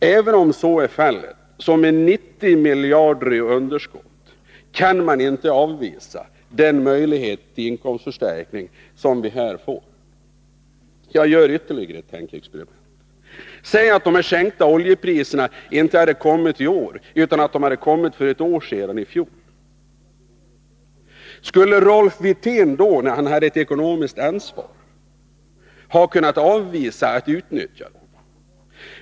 Även om så blir fallet, ä Re /: h > 3 juni 1983 kan man med ett underskott på 90 miljarder inte avvisa den möjlighet till inkomstförstärkning som vi här får. ;- dekihar sa Kommunalekono | ag gr YSten igare ett tan! experiment. äg att den a sänkningen av miska frågor, oljepriserna inte hade kommit i år utan i fjol. Skulle Rolf Wirtén då, när han HE hade ett ekonomiskt ansvar, ha kunnat avvisa möjligheten att utnyttja